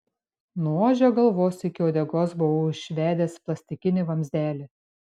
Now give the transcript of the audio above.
nuo ožio galvos iki uodegos buvau išvedęs plastikinį vamzdelį